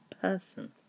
person